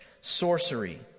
sorcery